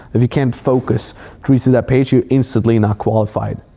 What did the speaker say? if you can't focus to read through that page, you're instantly not qualified,